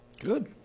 Good